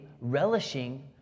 relishing